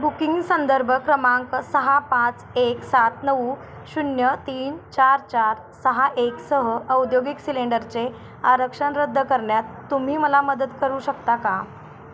booking संदर्भ क्रमांक सहा पाच एक सात नऊ शून्य तीन चार चार सहा एकसह औद्योगिक सिलेंडरचे आरक्षण रद्द करण्यात तुम्ही मला मदत करू शकता का